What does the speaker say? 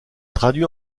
traduit